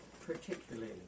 particularly